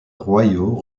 royaux